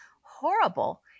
horrible